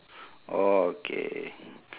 okay